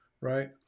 right